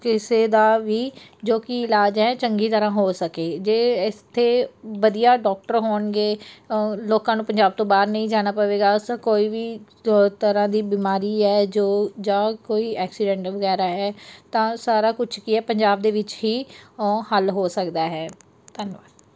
ਕਿਸੇ ਦਾ ਵੀ ਜੋ ਕਿ ਇਲਾਜ ਹੈ ਚੰਗੀ ਤਰ੍ਹਾਂ ਹੋ ਸਕੇ ਜੇ ਇੱਥੇ ਵਧੀਆ ਡਾਕਟਰ ਹੋਣਗੇ ਲੋਕਾਂ ਨੂੰ ਪੰਜਾਬ ਤੋਂ ਬਾਹਰ ਨਹੀਂ ਜਾਣਾ ਪਵੇਗਾ ਉਸ ਕੋਈ ਵੀ ਤ ਤਰ੍ਹਾਂ ਦੀ ਬਿਮਾਰੀ ਹੈ ਜੋ ਜਾਂ ਕੋਈ ਐਕਸੀਡੈਂਟ ਵਗੈਰਾ ਹੈ ਤਾਂ ਸਾਰਾ ਕੁਛ ਕੀ ਹੈ ਪੰਜਾਬ ਦੇ ਵਿੱਚ ਹੀ ਹੱਲ ਹੋ ਸਕਦਾ ਹੈ ਧੰਨਵਾਦ